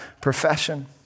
profession